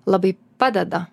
labai padeda